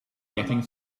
getting